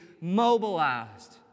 mobilized